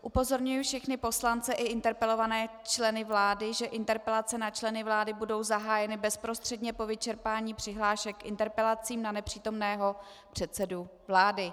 Upozorňuji všechny poslance i interpelované členy vlády, že interpelace na členy vlády budou zahájeny bezprostředně po vyčerpání přihlášek k interpelacím na nepřítomného předsedu vlády.